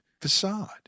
facade